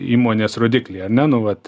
įmonės rodiklį ar ne nu vat